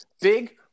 big